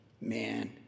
Man